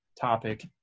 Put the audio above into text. topic